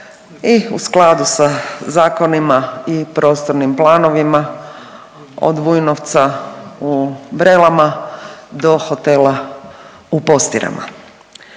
i u skladu sa zakonima i prostornim planovima, od Vujnovca u Brelama do hotela u Postirama.